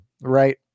right